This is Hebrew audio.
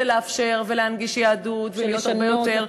לאפשר ולהנגיש יהדות הרבה יותר,